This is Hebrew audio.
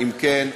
אם כן,